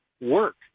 work